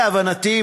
להבנתי,